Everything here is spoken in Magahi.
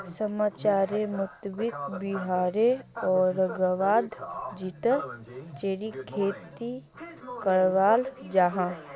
समाचारेर मुताबिक़ बिहारेर औरंगाबाद जिलात चेर्रीर खेती कराल जाहा